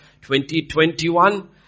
2021